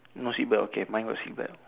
no seat belt okay mine got seat belt